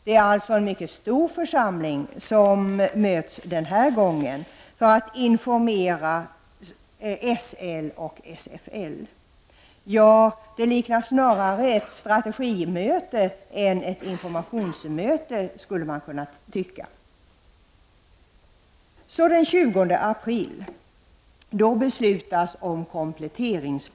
Det är alltså en mycket stor församling som möts den här gången för att infomera SL och SFL. Ja, det liknar snarare ett strategimöte än ett informationsmöte, skulle man kunna tycka.